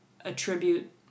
attribute